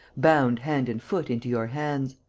bound hand and foot into your hands.